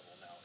now